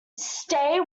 stay